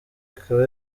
ikaba